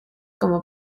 como